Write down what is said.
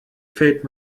fällt